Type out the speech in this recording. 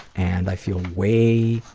and i feel way,